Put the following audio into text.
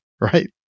right